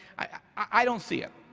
i don't see it,